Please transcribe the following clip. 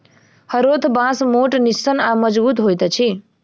हरोथ बाँस मोट, निस्सन आ मजगुत होइत अछि